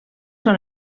són